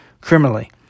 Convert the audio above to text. criminally